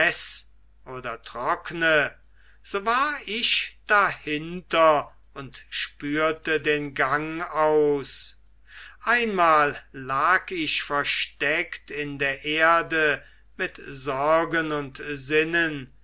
oder trockne so war ich dahinter und spürte den gang aus einmal lag ich versteckt in der erde mit sorgen und sinnen